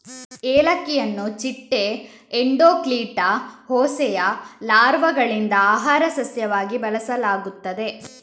ಏಲಕ್ಕಿಯನ್ನು ಚಿಟ್ಟೆ ಎಂಡೋಕ್ಲಿಟಾ ಹೋಸೆಯ ಲಾರ್ವಾಗಳಿಂದ ಆಹಾರ ಸಸ್ಯವಾಗಿ ಬಳಸಲಾಗುತ್ತದೆ